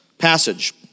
Passage